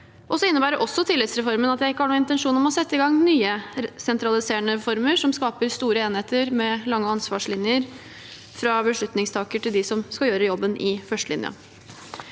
innebærer også at jeg ikke har noen intensjon om å sette i gang nye sentraliserende reformer som skaper store enheter med lange ansvarslinjer fra beslutningstaker til dem som skal gjøre jobben i førstelinjen.